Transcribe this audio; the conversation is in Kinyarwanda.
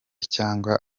cyangwa